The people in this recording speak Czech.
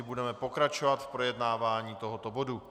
Budeme pokračovat v projednávání tohoto bodu.